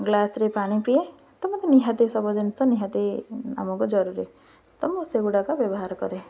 ଗ୍ଲାସ୍ରେ ପାଣି ପିଏ ନିହାତି ସବୁ ଜିନିଷ ନିହାତି ଆମକୁ ଜରୁରୀ ତ ମୁଁ ସେଗୁଡ଼ାକ ବ୍ୟବହାର କରେ